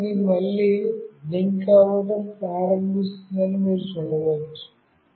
మరియు అది మళ్ళీ బ్లింక్ అవ్వడం ప్రారంభించిందని మీరు చూడవచ్చు